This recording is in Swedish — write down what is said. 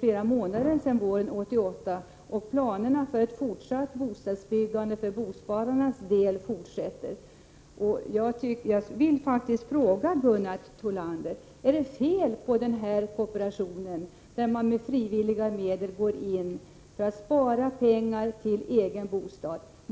flera månader sedan våren 1988, och planerna på ett fortsatt bostadsbyggande för bospararnas del fortsätter. Jag vill ställa en fråga till Gunnar Thollander. Är det fel på denna kooperation, där medlemmarna med frivilliga medel sparar pengar till en egen bostad?